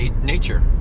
nature